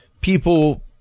people